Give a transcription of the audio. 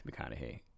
McConaughey